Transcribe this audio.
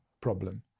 problem